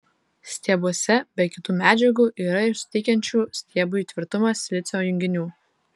stiebuose be kitų medžiagų yra ir suteikiančių stiebui tvirtumą silicio junginių